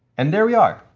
and there we are.